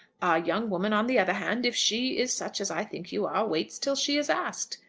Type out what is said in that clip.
a young woman, on the other hand, if she is such as i think you are, waits till she is asked.